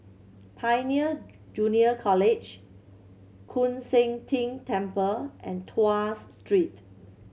Pioneer Junior College Koon Seng Ting Temple and Tuas Street